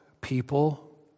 people